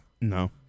No